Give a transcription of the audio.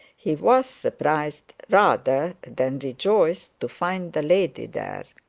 he was surprised rather than rejoiced to find the lady there.